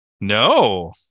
no